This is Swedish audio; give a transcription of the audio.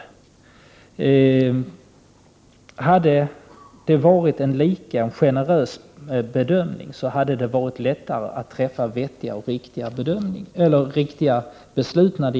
Om palestinierna hade fått en lika generös bedömning som andra, hade det varit lättare att fatta riktiga beslut.